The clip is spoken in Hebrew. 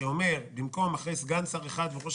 שאומר: "אחרי "סגן שר אחד" יבוא "ואולם ראש